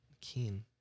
Keen